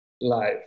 life